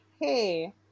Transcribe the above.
hey